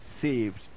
saved